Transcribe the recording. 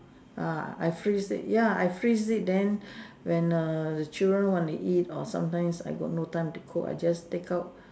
uh I freeze it ya I freeze it then when err the children want to eat or sometimes I got no time to cook I just take out